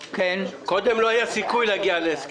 קודם לא היה סיכוי להגיע להסכם.